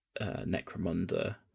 Necromunda